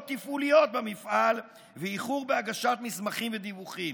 תפעוליות במפעל ואיחור בהגשת מסמכים ודיווחים.